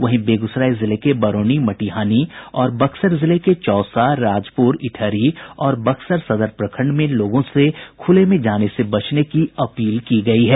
वहीं बेगूसराय जिले के बरौनी मटिहानी और बक्सर जिले के चौसा राजपुर इटहरी और बक्सर सदर प्रखंड में लोगों से खुले में जाने से बचने की अपील की गयी है